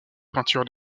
peintures